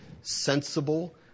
sensible